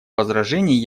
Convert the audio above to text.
возражений